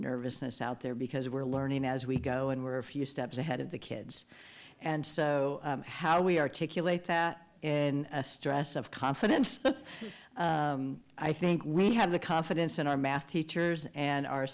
nervousness out there because we're learning as we go and were a few steps ahead of the kids and so how we articulate that and stress of confidence i think we have the confidence in our math teachers and our